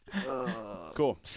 Cool